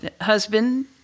husband